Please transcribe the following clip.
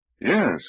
Yes